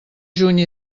juny